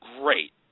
Great